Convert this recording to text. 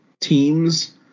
Teams